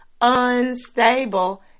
Unstable